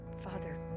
Father